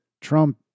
Trump